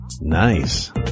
Nice